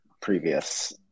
previous